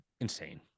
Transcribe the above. Insane